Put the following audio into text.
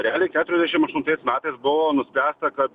realiai keturiasdešim aštuntais metais buvo nuspręsta kad